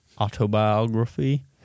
autobiography